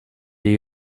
jej